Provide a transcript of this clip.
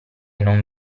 non